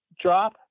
drop